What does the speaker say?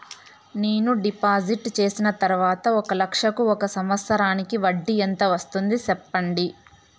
నేను డిపాజిట్లు చేసిన తర్వాత ఒక లక్ష కు ఒక సంవత్సరానికి వడ్డీ ఎంత వస్తుంది? సెప్పండి?